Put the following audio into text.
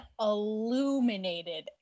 illuminated